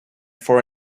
for